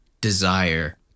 desire